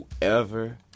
Whoever